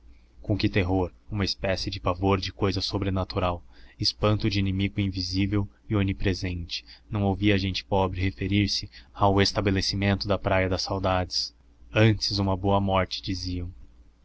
com que terror uma espécie de pavor de cousa sobrenatural espanto de inimigo invisível e onipresente não ouvia a gente pobre referir-se ao estabelecimento da praia das saudades antes uma boa morte diziam